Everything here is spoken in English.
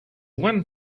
one